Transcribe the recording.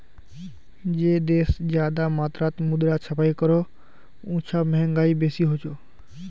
जे देश ज्यादा मात्रात मुद्रा छपाई करोह उछां महगाई बेसी होछे